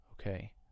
Okay